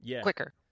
quicker